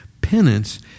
Penance